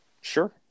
Sure